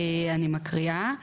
אני מקריאה.